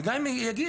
וגם אם הם יגישו,